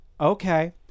okay